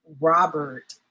Robert